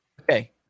Okay